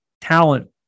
talent